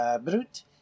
Brut